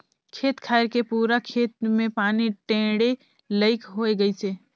खेत खायर के पूरा खेत मे पानी टेंड़े लईक होए गइसे